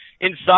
inside